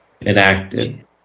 enacted